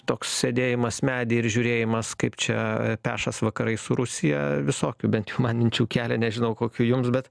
toks sėdėjimas medy ir žiūrėjimas kaip čia pešas vakarai su rusija visokių bent jau man minčių kelia nežinau kokių jums bet